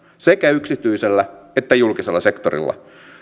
sekä yksityisellä että julkisella sektorilla